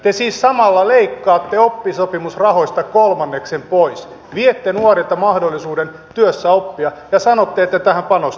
te siis samalla leikkaatte oppisopimusrahoista kolmanneksen pois viette nuorilta mahdollisuuden työssä oppia ja sanotte että tähän panostetaan